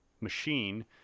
machine